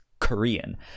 Korean